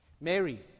Mary